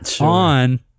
on